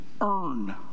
earn